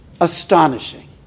Astonishing